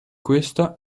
questa